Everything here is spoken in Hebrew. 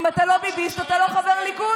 אם אתה לא ביביסט, אתה לא חבר ליכוד.